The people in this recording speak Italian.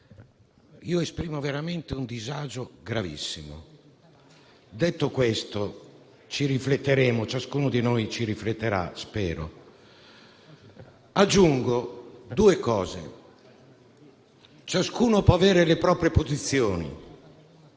Io esprimo veramente un disagio gravissimo. Detto questo, ci rifletteremo, ciascuno di noi ci rifletterà, spero. Aggiungo due considerazioni. Ciascuno può avere le proprie posizioni,